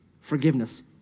forgiveness